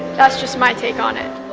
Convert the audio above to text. that's just my take on it